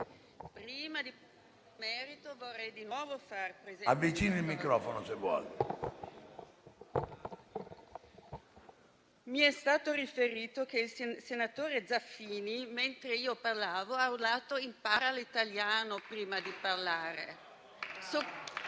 mi è stato riferito che il senatore Zaffini, mentre io parlavo, ha urlato «impara l'italiano prima di parlare».